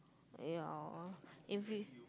ya if you